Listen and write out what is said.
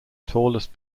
tallest